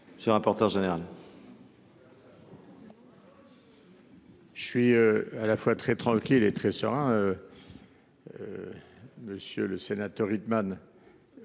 M. le rapporteur Je suis à la fois très tranquille et très serein, monsieur le sénateur Rietmann